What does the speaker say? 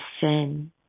sin